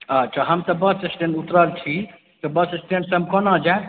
अच्छा हम तऽ बस स्टैण्ड उतरल छी बस स्टैण्ड सऽ कोना जाइ